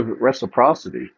reciprocity